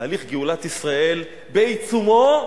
תהליך גאולת ישראל בעיצומו,